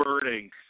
burning